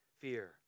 fear